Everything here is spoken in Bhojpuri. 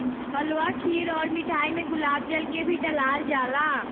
हलवा खीर अउर मिठाई में गुलाब जल के भी डलाल जाला